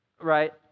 right